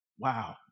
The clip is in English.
Wow